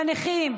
בנכים,